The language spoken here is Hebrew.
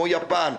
כמו יפן,